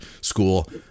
school